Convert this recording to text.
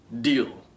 deal